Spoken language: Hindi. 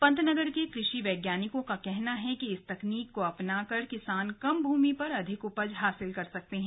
पंतनगर के कृषि वैज्ञानिकों का कहना है कि इस तकनीक को अपना कर किसान कम भूमि पर अधिक उपज हासिल कर सकते हैं